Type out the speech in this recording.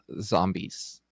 zombies